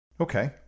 Okay